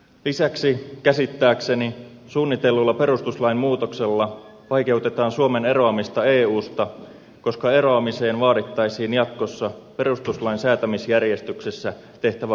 lisäksi käsittääkseni suunnitellulla perustuslain muutoksella vaikeutetaan suomen eroamista eusta koska eroamiseen vaadittaisiin jatkossa perustuslain säätämisjärjestyksessä tehtävä parlamentaarinen päätös